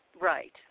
right